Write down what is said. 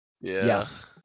Yes